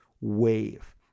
wave